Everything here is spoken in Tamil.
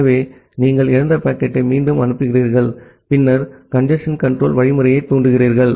ஆகவே நீங்கள் இழந்த பாக்கெட்டை மீண்டும் அனுப்புகிறீர்கள் பின்னர் கஞ்சேஸ்ன் கன்ட்ரோல் புரோட்டோகால்யைத் தூண்டுகிறீர்கள்